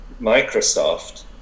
Microsoft